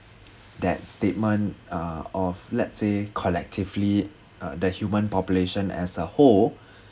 that statement uh of let's say collectively uh the human population as a whole